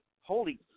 holy